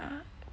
ah